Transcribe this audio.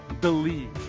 believe